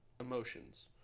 emotions